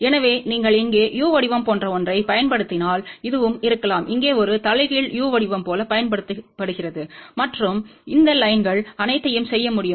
எனவே நீங்கள் இங்கே u வடிவம் போன்ற ஒன்றைப் பயன்படுத்தினால் இதுவும் இருக்கலாம் இங்கே ஒரு தலைகீழ் u வடிவம் போல பயன்படுத்தப்படுகிறது மற்றும் இந்த லைன்கள் அனைத்தையும் செய்ய முடியும்